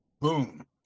Boom